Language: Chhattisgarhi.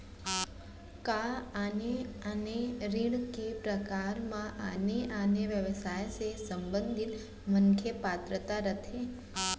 का आने आने ऋण के प्रकार म आने आने व्यवसाय से संबंधित मनखे पात्रता रखथे?